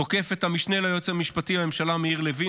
תוקף את המשנה ליועץ המשפטי לממשלה מאיר לוין